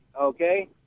Okay